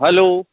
hello